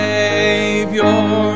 Savior